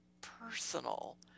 personal